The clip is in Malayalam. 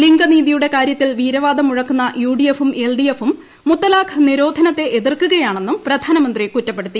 ലിംഗ നീതിയുടെ കാര്യത്തിൽ വീരവാദം മുഴക്കുന്ന യുഡിഏഫും എൽഡിഎഫും മുത്തലാഖ് നിരോധനത്തെ എതിർക്കുക്കിട്ട്ണെന്നും പ്രധാനമന്ത്രി കുറ്റപ്പെടുത്തി